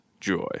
joy